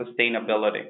sustainability